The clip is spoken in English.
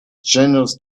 generous